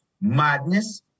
madness